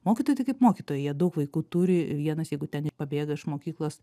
mokytojai tai kaip mokytojai jie daug vaikų turi vienas jeigu ten pabėga iš mokyklos